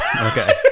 okay